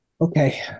Okay